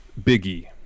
Biggie